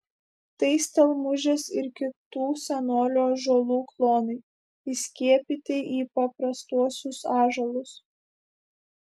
tai stelmužės ir kitų senolių ąžuolų klonai įskiepyti į paprastuosius ąžuolus